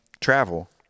travel